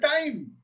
time